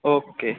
okay